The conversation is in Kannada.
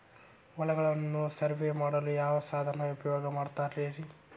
ಹೊಲಗಳನ್ನು ಸರ್ವೇ ಮಾಡಲು ಯಾವ ಸಾಧನ ಉಪಯೋಗ ಮಾಡ್ತಾರ ರಿ?